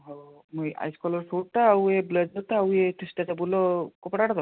ହଉ ଇଏ ice colour ସୁଟ୍ଟା ଆଉ ଇଏ ବ୍ଲେଜର୍ଟା ଆଉ ଇଏ ଷ୍ଟ୍ରେଚେବୁଲ୍ର କପଡ଼ାଟା ତ